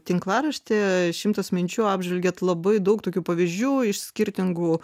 tinklarašty šimtas minčių apžvelgiat labai daug tokių pavyzdžių iš skirtingų